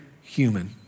human